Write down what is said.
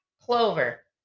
Clover